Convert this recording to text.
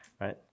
right